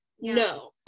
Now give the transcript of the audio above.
No